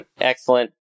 Excellent